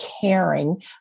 caring